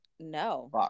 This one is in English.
No